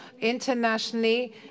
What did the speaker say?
internationally